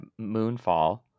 Moonfall